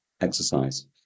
exercise